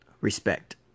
respect